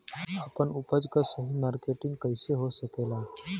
आपन उपज क सही मार्केटिंग कइसे हो सकेला?